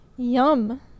yum